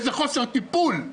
איזה חוסר טיפול,